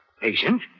Patient